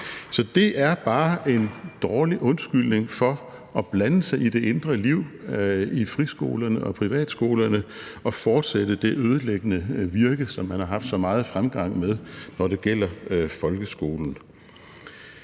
Så det er bare en dårlig undskyldning for at blande sig i det indre liv i friskolerne og privatskolerne og fortsætte det ødelæggende virke, som man har haft så meget fremgang med, når det gælder folkeskolen.